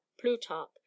plutarch